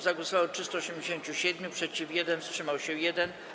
Za głosowało 387, przeciw - 1, wstrzymał się 1.